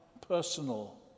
personal